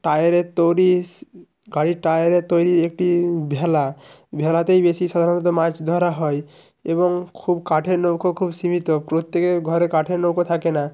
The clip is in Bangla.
টায়ারের তৈরি গাড়ির টায়ারের তৈরি একটি ভেলা ভেলাতেই বেশি সাধারণত মাছ ধরা হয় এবং খুব কাঠের নৌকো খুব সীমিত প্রত্যেকের ঘরে কাঠের নৌকো থাকে না